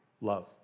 love